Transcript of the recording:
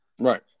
Right